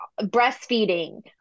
breastfeeding